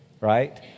right